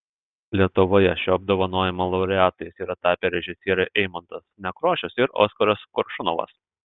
lietuvoje šio apdovanojimo laureatais yra tapę režisieriai eimuntas nekrošius ir oskaras koršunovas